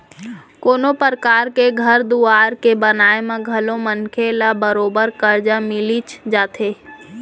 कोनों परकार के घर दुवार के बनाए म घलौ मनखे ल बरोबर करजा मिलिच जाथे